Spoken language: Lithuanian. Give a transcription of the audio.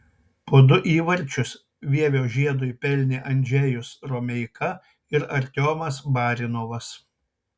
po du įvarčius vievio žiedui pelnė andžejus romeika ir artiomas barinovas